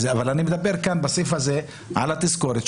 אבל אני מדבר כאן בסעיף הזה על התזכורת,